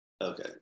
okay